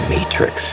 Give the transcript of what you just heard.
Matrix